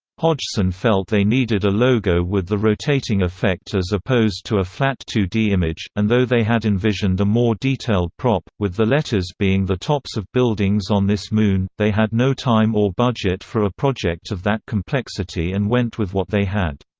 hodgson felt they needed a logo with the rotating effect as opposed to a flat two d image, and though they had envisioned a more detailed prop, with the letters being the tops of buildings on this moon, they had no time or budget for a project of that complexity and went with what they had.